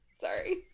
Sorry